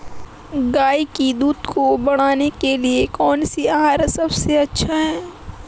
गाय के दूध को बढ़ाने के लिए कौनसा आहार सबसे अच्छा है?